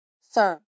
Sir